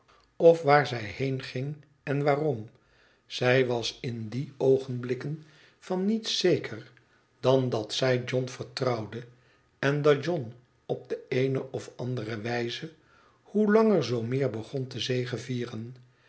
of waar zij heen ging en waarom zij was in die oogenblikken van niets zeker dan dat zij john vertrouwde en dat john op de eene of andere wijze hoe langer zoo meer begon te zegevieren